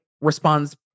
responds